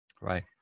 Right